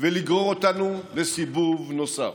ולגרור אותנו לסיבוב נוסף.